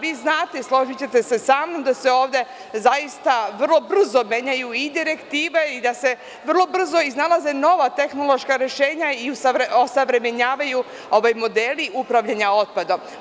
Vi znate, složićete sesa mnom, da se ovde zaista vrlo brzo menjaju i direktive i da se vrlo brzo iznalaze nova tehnološka rešenja, osavremenjavaju modeli upravljanja otpadom.